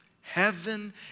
Heaven